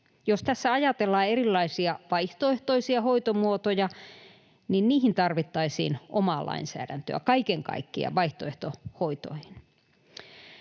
Jos tässä ajatellaan erilaisia vaihtoehtoisia hoitomuotoja, niin niihin tarvittaisiin omaa lainsäädäntöä — kaiken kaikkiaan vaihtoehtohoitoihin.